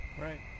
right